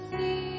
see